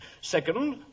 Second